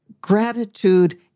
gratitude